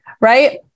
right